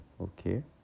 okay